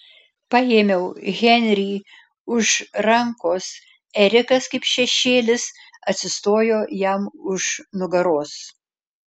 paėmiau henrį už rankos erikas kaip šešėlis atsistojo jam už nugaros